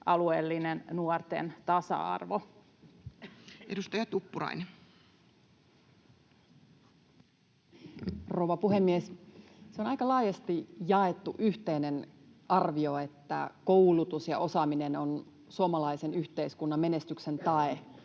vuodelle 2024 Time: 10:35 Content: Rouva puhemies! Se on aika laajasti jaettu yhteinen arvio, että koulutus ja osaaminen on suomalaisen yhteiskunnan menestyksen tae